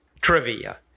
Trivia